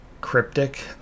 cryptic